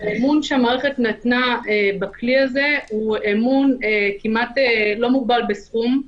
האמון שהמערכת נתנה בכלי הזה הוא אמון כמעט לא מוגבל בסכום.